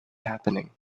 happening